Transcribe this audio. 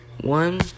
one